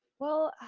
well,